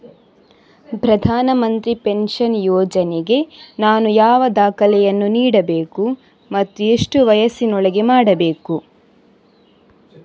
ಪ್ರಧಾನ ಮಂತ್ರಿ ಪೆನ್ಷನ್ ಯೋಜನೆಗೆ ನಾನು ಯಾವ ದಾಖಲೆಯನ್ನು ನೀಡಬೇಕು ಮತ್ತು ಎಷ್ಟು ವಯಸ್ಸಿನೊಳಗೆ ಮಾಡಬೇಕು?